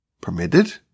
permitted